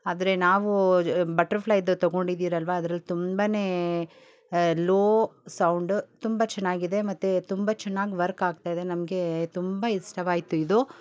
ಆದರೆ ನಾವು ಬಟ್ರ್ಫ್ಲೈದು ತಗೊಂಡಿದ್ದೀರಲ್ವ ಅದ್ರಲ್ಲಿ ತುಂಬ ಲೋ ಸೌಂಡ್ ತುಂಬ ಚೆನ್ನಾಗಿದೆ ಮತ್ತು ತುಂಬ ಚೆನ್ನಾಗ್ ವರ್ಕ್ ಆಗ್ತಾಯಿದೆ ನಮಗೆ ತುಂಬ ಇಷ್ಟವಾಯ್ತು ಇದು